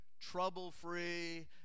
trouble-free